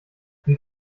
sie